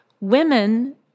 women